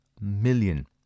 million